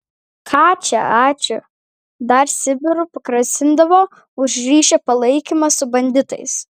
ką čia ačiū dar sibiru pagrasindavo už ryšio palaikymą su banditais